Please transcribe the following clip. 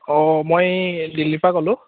অঁ মই দিল্লীৰপৰা ক'লোঁ